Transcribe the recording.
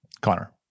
Connor